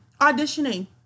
Auditioning